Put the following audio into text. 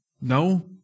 No